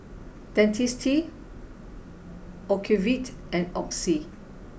Dentiste Ocuvite and Oxy